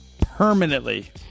permanently